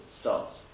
starts